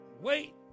wait